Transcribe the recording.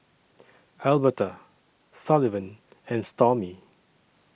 Elberta Sullivan and Stormy